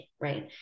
right